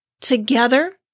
Together